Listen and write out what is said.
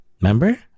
Remember